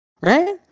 Right